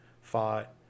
fought